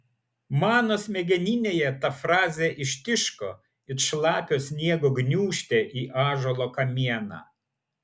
mano smegeninėje ta frazė ištiško it šlapio sniego gniūžtė į ąžuolo kamieną